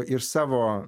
ir savo